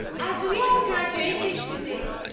as we are graduating today,